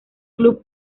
club